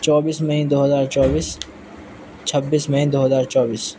چوبیس مئی دو ہزار چوبیس چھبس مئی دو ہزار چوبیس